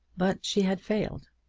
but she had failed.